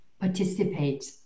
participate